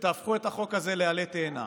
את החוק הזה לעלה תאנה.